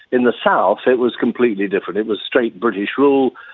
in the south it was completely different, it was straight british rule,